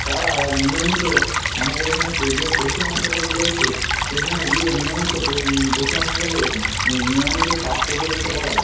তারা নিয়মিত আমাদের এখানে পো যে পশু হাসপাতাল রয়েছে সেখানে গিয়ে নিয়মিত পশু পশু হাসপাতালে নিয়মিত স্বাস্থ্য পরীক্ষা করায়